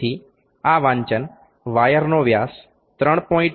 તેથી આ વાંચન વાયરનો વ્યાસ 3